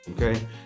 okay